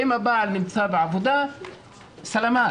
אם הבעל נמצא בעבודה, סלמאת,